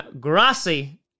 Grassi